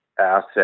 asset